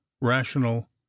rational